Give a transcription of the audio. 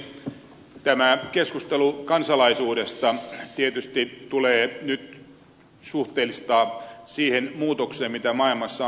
tämä keskustelu kansalaisuudesta tietysti tulee nyt suhteellistaa siihen muutokseen mitä maailmassa on tapahtunut